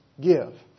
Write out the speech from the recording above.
give